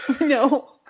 No